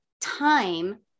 time